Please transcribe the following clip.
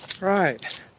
right